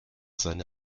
seine